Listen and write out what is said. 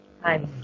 Hi